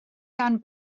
gan